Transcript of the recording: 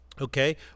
Okay